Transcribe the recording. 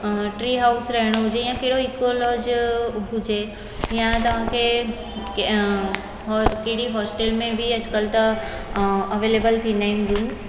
ट्री house रहिणो हुजे या कहिड़ो हिक लॉज हुजे या तव्हांखे कहिड़ी होस्टेल में बि अॼुकल्ह त अवेलेबल थींदा आहिनि रूम्स